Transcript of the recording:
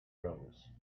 rose